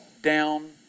down